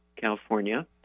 California